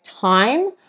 time